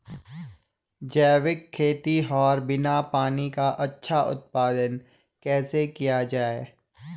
जैविक खेती और बिना पानी का अच्छा उत्पादन कैसे किया जाए?